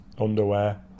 underwear